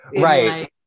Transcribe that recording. Right